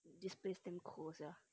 this place damn cool sia